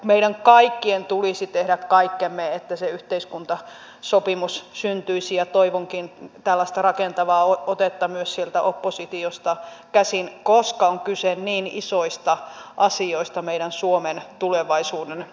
meidän kaikkien tulisi tehdä kaikkemme että se yhteiskuntasopimus syntyisi ja toivonkin tällaista rakentavaa otetta myös sieltä oppositiosta käsin koska on kyse niin isoista asioista meidän suomen tulevaisuuden kannalta